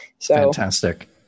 Fantastic